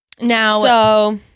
now